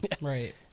Right